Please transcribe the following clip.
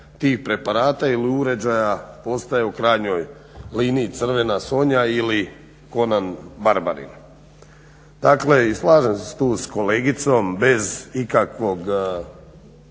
tih preparata ili uređaja postaje u krajnjoj liniji Crvena Sonja ili Connan Barbarin. Dakle, i slažem se tu s kolegicom bez ikakvog